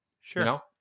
Sure